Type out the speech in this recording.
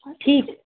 ਠੀਕ